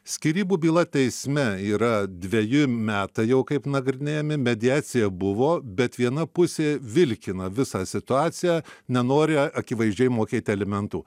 skyrybų byla teisme yra dveji metai jau kaip nagrinėjami mediacija buvo bet viena pusė vilkina visą situaciją nenori akivaizdžiai mokėti alimentų